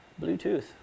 Bluetooth